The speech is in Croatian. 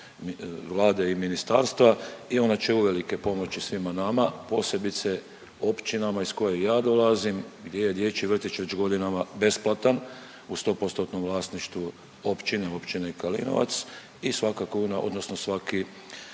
Vlade i ministarstva i u načelu velike pomoći svima nama posebice općinama iz koje ja dolazim, gdje je dječji vrtić već godinama besplatan u sto postotnom vlasništvu općine, općine Kalinovac i svaki euro će dobro doći.